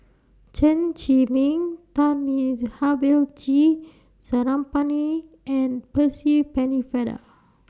Chen Zhiming Thamizhavel G Sarangapani and Percy Pennefather